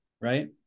Right